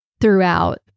throughout